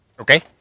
Okay